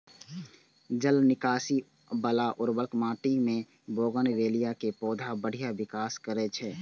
जल निकासी बला उर्वर माटि मे बोगनवेलिया के पौधा बढ़िया विकास करै छै